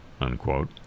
unquote